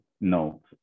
no